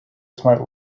smart